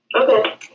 okay